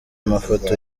amafoto